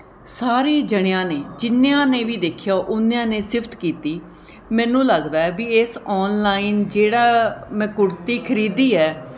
ਸਾਰੇ ਜਣਿਆਂ ਨੇ ਜਿੰਨੀਆਂ ਨੇ ਵੀ ਦੇਖਿਆ ਓਨਿਆਂ ਨੇ ਸਿਫਤ ਕੀਤੀ ਮੈਨੂੰ ਲੱਗਦਾ ਹੈ ਵੀ ਇਸ ਔਨਲਾਈਨ ਜਿਹੜਾ ਮੈਂ ਕੁੜਤੀ ਖਰੀਦੀ ਹੈ